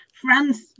France